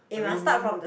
I mean